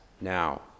now